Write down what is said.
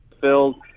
filled